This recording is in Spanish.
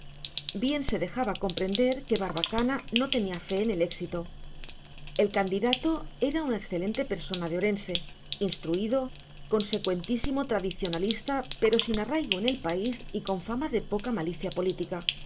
bien se dejaba comprender que barbacana no tenía fe en el éxito el candidato era una excelente persona de orense instruido consecuentísimo tradicionalista pero sin arraigo en el país y con fama de poca malicia política